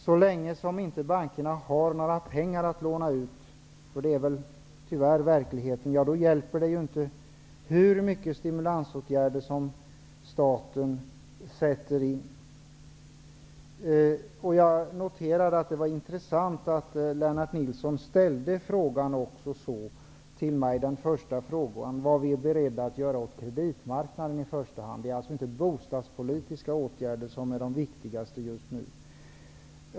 Så länge bankerna inte har några pengar att låna ut -- vilket tyvärr är verkligheten -- då hjälper det inte hur mycket stimulans som staten sätter in. Det var intressant att Lennart Nilsson ställde frågan vad vi är beredda att göra åt i första hand kreditmarknaden. Det är inte bostadspolitiska åtgärder som är viktigast just nu.